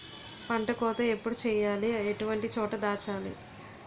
పంట కోత ఎప్పుడు చేయాలి? ఎటువంటి చోట దాచాలి?